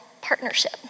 partnership